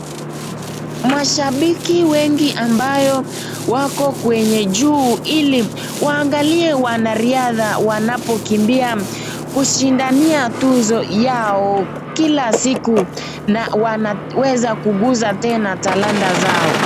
Mashabiki wengi ambao wako kwenye juu ili waangalie wanariadha wanapokimbia kushindania tuzo yao kila siku na wanaweza kuguza tena talanta zao.